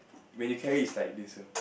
when you carry is like this loh